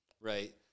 right